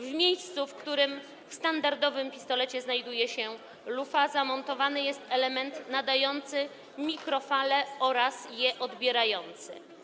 W miejscu, w którym w standardowym pistolecie znajduje się lufa, zamontowany jest element nadający mikrofale oraz je odbierający.